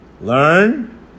Learn